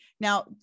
now